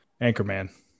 Anchorman